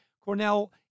Cornell